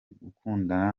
gukundana